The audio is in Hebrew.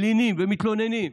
מלינים ומתלוננים,